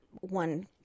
one